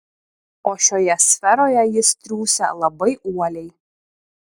o šioje sferoje jis triūsia labai uoliai